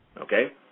Okay